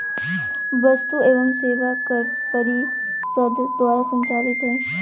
वस्तु एवं सेवा कर परिषद द्वारा संचालित हइ